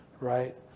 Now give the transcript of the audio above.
right